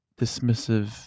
dismissive